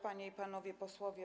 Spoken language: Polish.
Panie i Panowie Posłowie!